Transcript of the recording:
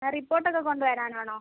report ഒക്കെ കൊണ്ട് വരാൻ ആണോ